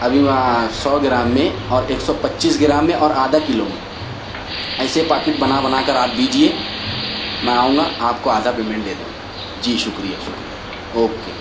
ابھی وہاں سو گرام میں اور ایک سو پچیس گرام میں اور آدھا کلو میں ایسے پاکٹ بنا بنا کر آپ دیجیے میں آؤں گا آپ کو آدھا پیمنٹ دے دوں گا جی شکریہ شکریہ اوکے